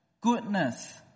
goodness